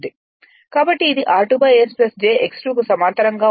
కాబట్టి ఇది r2 S j x 2 కు సమాంతరంగా ఉంటుంది